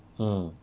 mm